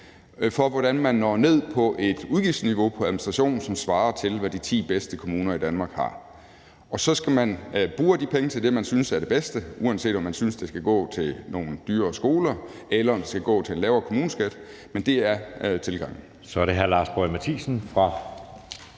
for, hvordan man når ned på et udgiftsniveau på administration, som svarer til, hvad de ti bedste kommuner i Danmark har. Og så skal man bruge af de penge til det, man synes er det bedste, uanset om man synes, det skal gå til nogle dyrere skoler eller det skal gå til en lavere kommuneskat. Men det er tilgangen.